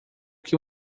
que